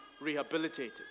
rehabilitated